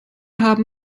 haben